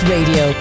Radio